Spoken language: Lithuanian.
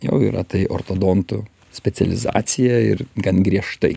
jau yra tai ortodontų specializacija ir gan griežtai